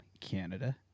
Canada